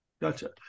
gotcha